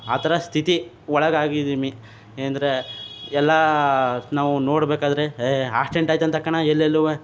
ಆ ಥರ ಸ್ಥಿತಿ ಒಳಗಾಗಿದ್ದೀವಿ ಏನೆಂದರೆ ಎಲ್ಲ ನಾವು ನೋಡಬೇಕಾದ್ರೆ ಏ ಆಕ್ಸಿಡೆಂಟ್ ಆಯ್ತಂತೆ ಕಣ ಎಲ್ಲೆಲ್ಲೂ